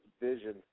vision